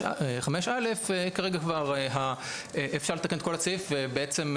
בסעיף 5א, כרגע כבר אפשר לתקן את כל הסעיף ובעצם,